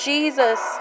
Jesus